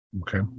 Okay